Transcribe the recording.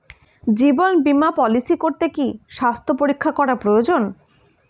জীবন বীমা পলিসি করতে কি স্বাস্থ্য পরীক্ষা করা প্রয়োজন?